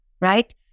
right